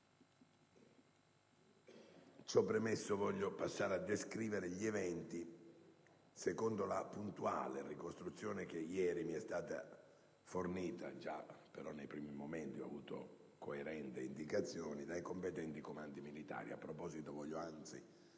premesso, passo a descrivere gli eventi, secondo la puntuale ricostruzione che mi è stata fornita ieri (però già nei primi momenti ho avuto coerenti indicazioni) dai competenti comandi militari.